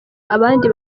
abandi